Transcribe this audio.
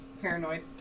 paranoid